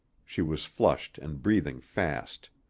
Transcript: she was flushed and breathing fast.